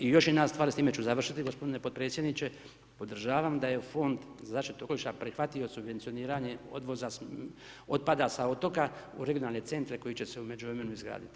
I još jedna stvar, s time ću završiti gospodine podpredsjedniče, podržavam da je Fond za zaštitu okoliša, prihvatio subvencioniranje odvoza otpada sa otoka u Regionalne centre koji će se u međuvremenu izgraditi.